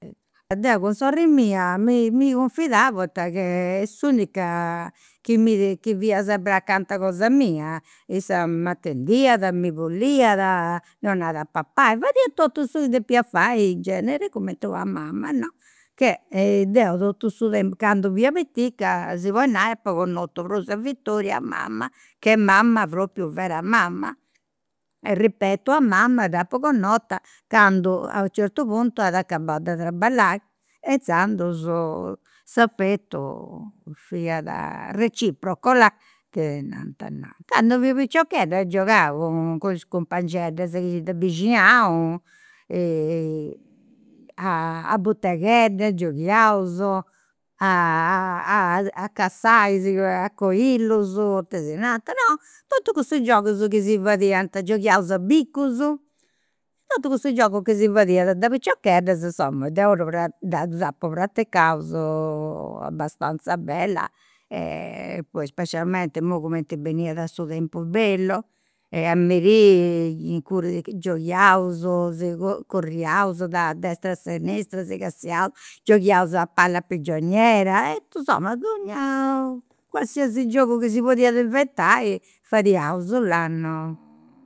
Deu cun sorri mia mi cunfidà poita che s'unica chi mi, chi fiat sempri acanta cosa mia, issa m'atendiat, mi puliat, mi a papai, fadiat totu su chi depia fai in genere, cumenti una mama no, che, deu totu su tempus candu fia pitica si podit nai, apu connotu prus a Vittoria a mama chi mama propriu vera mama. E ripeto, a mama dd'apu connota candu a u' certu puntu at acabau de traballai. E inzandus s'affetu fiat reciproco, là. Candu fiu piciochedda giogau cun cun is cumpangeddas chi de bixinau, a buteghedda gioghiaus, a cassai a conillus, tesinanta, no totus cussus giogus chi si fadiant. Gioghiaus a bicus, totus cussus giogus chi si fadiat de piciocheddas, insoma deu ddus apu praticaus abastanza bella e poi specialmente, imui cumenti beniat su tempu bellu e a merì gioghiaus, curriaus da destra a sinistra, si cassiaus, gioghiaus a palla prigioniera. E insoma donnia, qualsiasi giogu chi si podiat inventai fadiaus, no